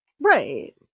right